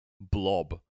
blob